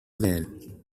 then